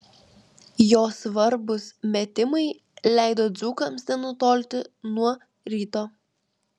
jo svarbūs metimai leido dzūkams nenutolti nuo ryto